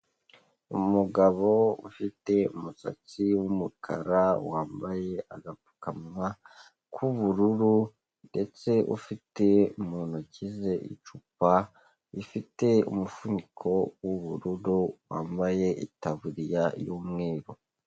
Umugabo ufite umusatsi w'umukara, wambaye agapfukamunwa k'ubururu, ndetse ufite mu ntoki ze icupa rifite umufuniko w'ubururu, wambaye itaburiya y'umweru.